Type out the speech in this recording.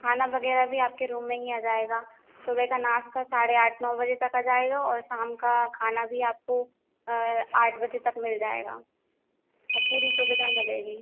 खाना वग़ैरह भी आपके रूम में ही आ जाएगा सुबह का नाश्ता साढ़े आठ नौ बजे तक आ जाएगा और शाम का खाना भी आपको आठ बजे तक मिल जाएगा और पूरी सुविधा मिलेगी